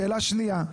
השאלה השנייה,